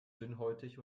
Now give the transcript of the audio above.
dünnhäutig